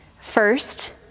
First